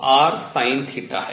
यह rsinθ है